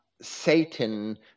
Satan